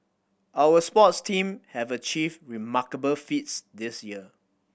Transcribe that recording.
our sports team have achieved remarkable feats this year